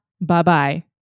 Bye-bye